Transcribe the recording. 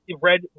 red